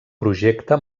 projecta